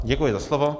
Děkuji za slovo.